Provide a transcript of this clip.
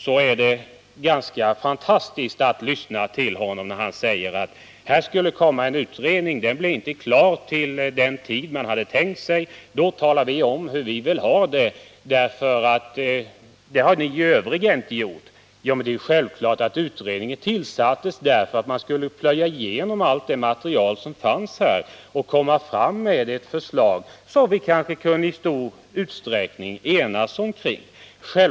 Det var ganska fantastiskt att höra Arne Andersson i Ljung säga att eftersom den utredning som skulle komma inte blir färdig i tid, så skall man redan nu tala om hur man vill ha det, vilket vi övriga däremot inte gjort. — Utredningen tillsattes ändå självfallet för att plöja igenom allt det material som finns och för att lägga fram ett förslag som vi kanske i stor utsträckning kan enas omkring.